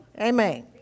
Amen